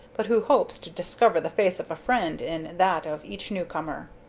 but who hopes to discover the face of a friend in that of each new-comer.